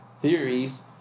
theories